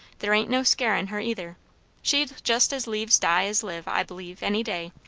there ain't no scarin' her, either she'd jest as lieves die as live, i b'lieve, any day.